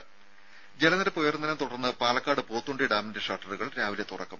രംഭ ജലനിരപ്പ് ഉയർന്നതിനെ തുടർന്ന് പാലക്കാട് പോത്തുണ്ടി ഡാമിന്റെ ഷട്ടറുകൾ രാവിലെ തുറക്കും